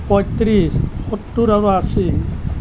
পঁয়ত্ৰিছ সত্তৰ আৰু আশী